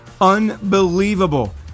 unbelievable